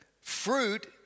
fruit